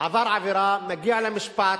עבר עבירה, מגיע למשפט,